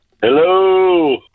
Hello